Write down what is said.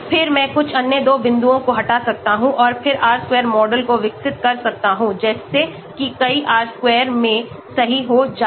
फिर मैं कुछ अन्य 2 बिंदुओं को हटा सकता हूं और फिर R square मॉडल को विकसित कर सकता हूं जैसे कि कई R square में सही हो जाएगा